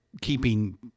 keeping